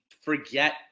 forget